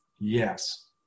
Yes